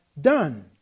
done